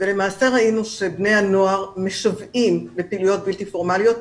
ולמעשה ראינו שבני הנוער משוועים לפעילויות בלתי פורמליות.